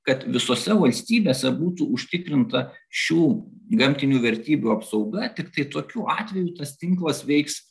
kad visose valstybėse būtų užtikrinta šių gamtinių vertybių apsauga tiktai tokiu atveju tas tinklas veiks